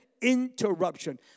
interruption